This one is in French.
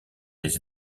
des